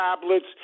tablets